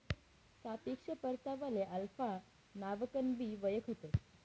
सापेक्ष परतावाले अल्फा नावकनबी वयखतंस